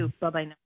Bye-bye